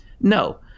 no